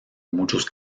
muchos